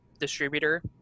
distributor